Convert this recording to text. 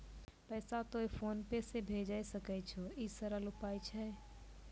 पैसा तोय PhonePe से भैजै सकै छौ? ई सरल उपाय छै?